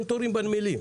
אין תורים בנמלים.